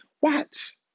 Watch